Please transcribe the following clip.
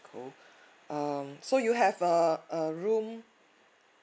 cool um so you have a a room